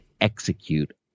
execute